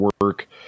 work